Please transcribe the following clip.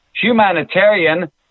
humanitarian